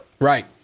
Right